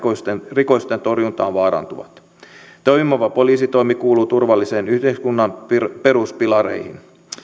rikostentorjuntaan vaarantuvat toimiva poliisitoimi kuuluu turvallisen yhteiskunnan peruspilareihin